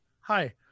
Hi